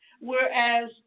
Whereas